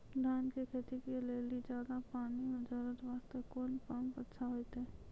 धान के खेती के लेली ज्यादा पानी के जरूरत वास्ते कोंन पम्प अच्छा होइते?